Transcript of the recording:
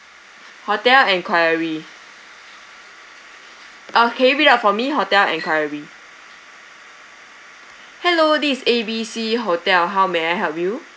hotel enquiry okay read out for me hotel enquiry hello this is A B C hotel how may I help you